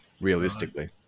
realistically